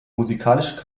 musikalische